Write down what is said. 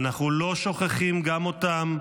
ואנחנו לא שוכחים גם אותם,